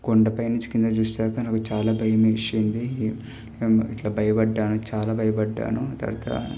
కొండపై నుంచి కిందకి చూసాక నాకు చాలా భయం వేసింది ఇట్లా భయపడ్డాను చాలా భయపడ్డాను తరువాత